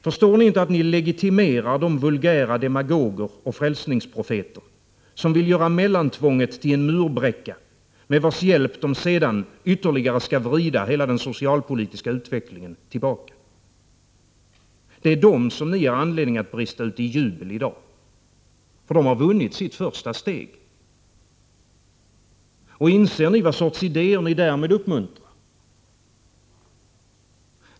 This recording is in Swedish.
Förstår ni inte att ni legitimerar de vulgära demagoger och frälsningsprofeter som vill göra mellantvånget till en murbräcka med vars hjälp de sedan ytterligare skall vrida hela den socialpolitiska utvecklingen tillbaka? Det är dem ni ger anledning att brista ut i jubel i dag. De har vunnit sitt första steg. Och inser ni vad sorts idéer ni därmed uppmuntrar?